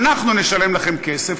ואנחנו נשלם לכן כסף,